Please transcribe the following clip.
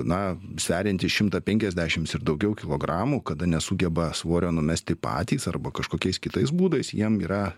na sveriantį šimtą penkiasdešims ir daugiau kilogramų kada nesugeba svorio numesti patys arba kažkokiais kitais būdais jiem yra